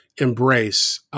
embrace